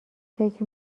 فکر